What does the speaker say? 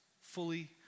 fully